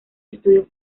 estudios